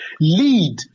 lead